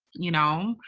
you know,